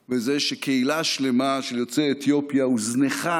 בזה שקהילה שלמה של יוצאי אתיופיה הוזנחה